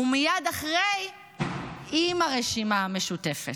ומייד אחרי, עם הרשימה המשותפת.